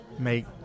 Make